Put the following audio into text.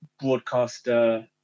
broadcaster